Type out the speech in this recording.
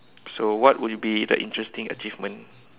so what would be the interesting achievement